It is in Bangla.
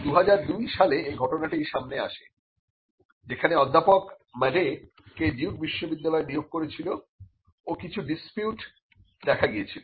2002 সালে এই ঘটনাটি সামনে আসে যেখানে অধ্যাপক Madeyকে ডিউক বিশ্ববিদ্যালয় নিয়োগ করেছিল ও কিছু ডিসপিউট দেখা গিয়েছিল